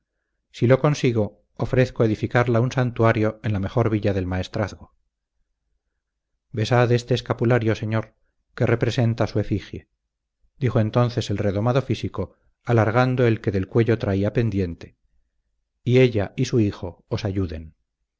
si lo consigo ofrezco edificarla un santuario en la mejor villa del maestrazgo besad este escapulario señor que representa su efigie dijo entonces el redomado físico alargando el que del cuello traía pendiente y ella y su hijo os ayuden